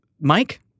Mike